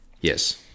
Yes